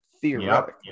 Theoretically